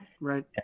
Right